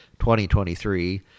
2023